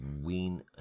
wean